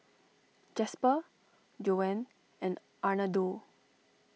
Jasper Joan and Arnoldo